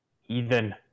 Heathen